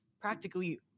practically